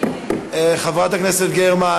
חברת הכנסת גרמן.